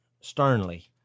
sternly